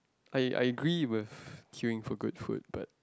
I I agree with queuing for good food but